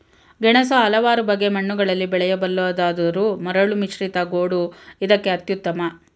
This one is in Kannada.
ಗೆಣಸು ಹಲವಾರು ಬಗೆ ಮಣ್ಣುಗಳಲ್ಲಿ ಬೆಳೆಯಬಲ್ಲುದಾದರೂ ಮರಳುಮಿಶ್ರಿತ ಗೋಡು ಇದಕ್ಕೆ ಅತ್ಯುತ್ತಮ